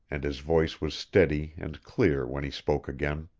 and his voice was steady and clear when he spoke again.